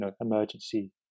emergency